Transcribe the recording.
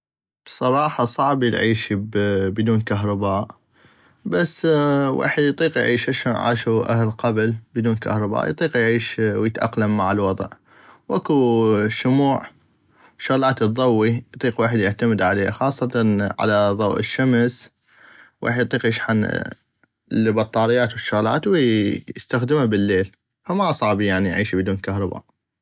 بصراحة صعبي العيشي بدون كهرباء بس ويحد اطيق اعيش اشون عاشو اهل قبل بدون كهرباء اطيق اعيش ويتاقلم مع الوضع واكو شموع شغلات تضوي اطيق الويحد يعتمد عليها خاصة على ضوء الشمس ويحد اطيق يشحن البطاريات والشغلات واطيق يستخدمة بليل فما صعبي العيشي بدون كهرباء.